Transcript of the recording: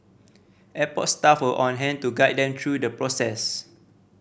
airport staff were on hand to guide them through the process